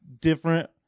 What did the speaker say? Different